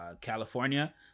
California